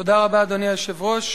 היושב-ראש,